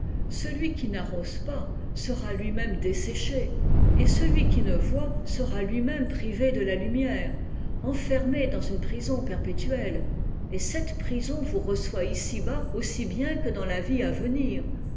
celui qui n'arrose pas sera iui même desséché et celui qui ne voit sera lui-même privé de la lumière enfermé dans une prison perpétuelle et cette prison vous reçoit ici-bas aussi bien que dans la vie à venir